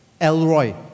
Elroy